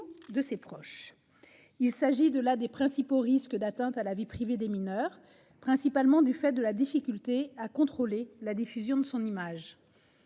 de ses proches. Il s'agit de l'un des principaux risques d'atteinte à la vie privée des mineurs, principalement du fait de la difficulté à contrôler la diffusion de son image.